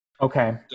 Okay